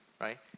right